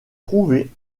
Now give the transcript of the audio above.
trouvés